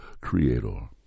creator